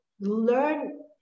learn